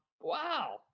Wow